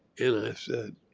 and i said,